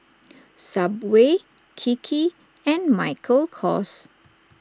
Subway Kiki and Michael Kors